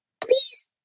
Please